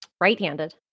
Right-handed